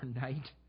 night